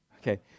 Okay